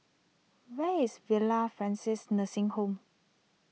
where is Villa Francis Nursing Home